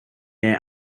air